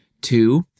Two